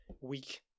Week